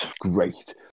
great